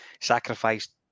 Sacrificed